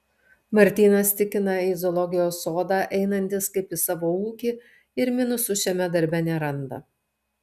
martynas tikina į zoologijos sodą einantis kaip į savo ūkį ir minusų šiame darbe neranda